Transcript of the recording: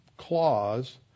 Clause